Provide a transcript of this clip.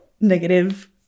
negative